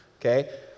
okay